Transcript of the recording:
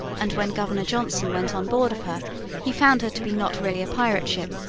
and when governor johnson went on board of her he found her to be not really a pirate ship,